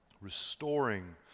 restoring